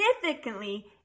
significantly